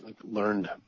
learned